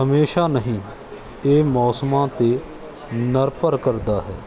ਹਮੇਸ਼ਾ ਨਹੀਂ ਇਹ ਮੌਸਮਾਂ 'ਤੇ ਨਿਰਭਰ ਕਰਦਾ ਹੈ